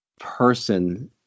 person